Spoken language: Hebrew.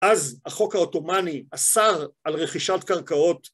אז החוק העותמני אסר על רכישת קרקעות.